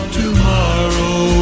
tomorrow